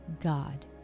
God